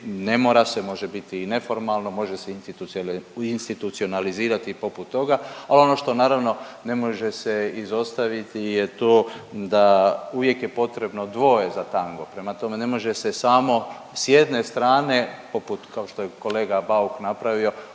Ne mora se, može biti i neformalno, može se institucionalizirati poput toga, ali ono što naravno ne može se izostaviti je to da uvijek je potrebno dvoje za tango. Prema tome, ne može se samo s jedne strane poput kao što je kolega Bauk napravio